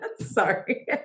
sorry